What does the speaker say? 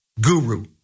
guru